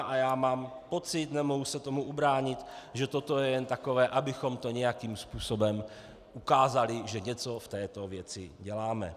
A já mám pocit, nemohu se tomu ubránit, že toto je jen takové, abychom to nějakým způsobem ukázali, že něco v této věci děláme.